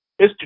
Mr